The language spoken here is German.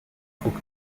trug